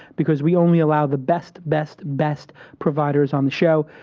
because we only allowed the best, best, best providers on the show.